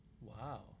Wow